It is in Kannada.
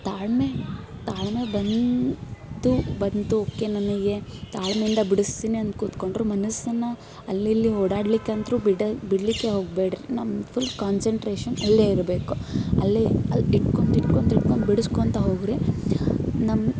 ತಾಳ್ಮೆ ತಾಳ್ಮೆ ಬಂತು ಬಂತು ಓಕೆ ನನಗೆ ತಾಳ್ಮೆಯಿಂದ ಬಿಡಿಸ್ತೀನಿ ಅಂತ ಕೂತ್ಕೊಂಡ್ರು ಮನಸನ್ನು ಅಲ್ಲಲ್ಲಿ ಓಡಾಡ್ಲಿಕ್ಕಂತೂ ಬಿಡಿ ಬಿಡಲಿಕ್ಕೆ ಹೋಗ್ಬೇಡ್ರಿ ನಮ್ದು ಫುಲ್ ಕಾನ್ಸನ್ಟ್ರೇಷನ್ ಅಲ್ಲೇ ಇರಬೇಕು ಅಲ್ಲೇ ಅಲ್ಲಿ ಇಟ್ಕೊಂಡು ಇಟ್ಕೊಂಡು ಇಟ್ಕೊಂಡು ಬಿಡಿಸ್ಕೊಳ್ತ ಹೋಗಿರಿ ನಮ್ಮ